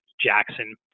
Jackson